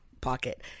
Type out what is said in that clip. pocket